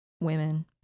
women